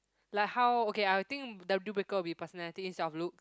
like how okay I will think the deal breaker will be personality instead of looks